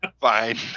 fine